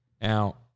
Now